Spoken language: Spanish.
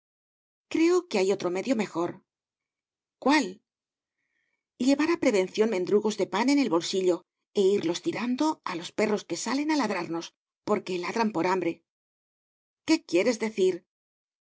creo que hay otro medio mejor cuál llevar a prevención mendrugos de pan en el bolsillo e irlos tirando a los perros que salen a ladrarnos porque ladran por hambre qué quieres decir